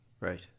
Right